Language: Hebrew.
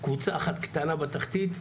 קבוצה אחת קטנה בתחתית,